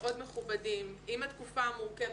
עם התקופה המורכבת,